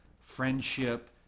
friendship